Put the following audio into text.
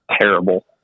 terrible